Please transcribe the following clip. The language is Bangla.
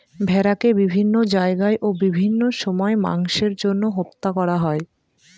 ভেড়াকে বিভিন্ন জায়গায় ও বিভিন্ন সময় মাংসের জন্য হত্যা করা হয়